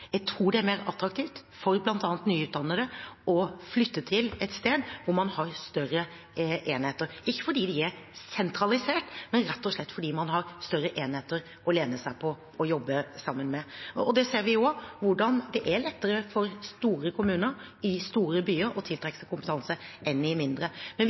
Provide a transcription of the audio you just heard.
Jeg tror det er mer attraktivt for bl.a. nyutdannede å flytte til et sted hvor man har større enheter – ikke fordi de er sentralisert, men rett og slett fordi man har større enheter å lene seg på og jobbe sammen med. Vi ser også hvordan det er lettere for store kommuner i store byer å tiltrekke seg kompetanse enn i mindre. Men vi